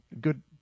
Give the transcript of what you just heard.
good